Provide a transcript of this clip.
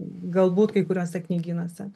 galbūt kai kuriuose knygynuose